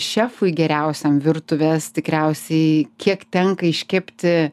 šefui geriausiam virtuvės tikriausiai kiek tenka iškepti